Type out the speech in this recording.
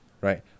Right